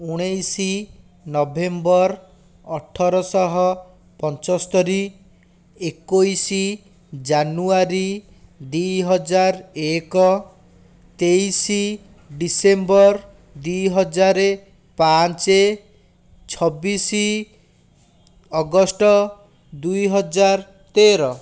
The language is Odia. ଉଣେଇଶ ନଭେମ୍ବର ଅଠର ଶହ ପଞ୍ଚସ୍ତୋରୀ ଏକୋଇଶ ଜାନୁଆରୀ ଦୁଇ ହଜାର ଏକ ତେଇଶ ଡିସେମ୍ବର ଦୁଇ ହଜାର ପାଞ୍ଚ ଛବିଶ ଅଗଷ୍ଟ ଦୁଇ ହଜାର ତେର